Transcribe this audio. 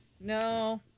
No